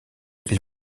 ils